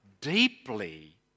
deeply